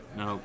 no